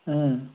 হুম